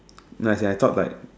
like as in I thought like